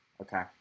okay